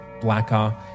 blacker